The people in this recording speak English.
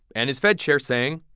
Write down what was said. and his fed chair saying,